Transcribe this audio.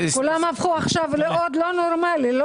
כולם ללא נורמליים?